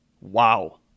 Wow